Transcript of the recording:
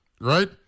right